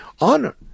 honor